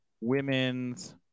women's